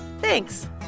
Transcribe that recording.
Thanks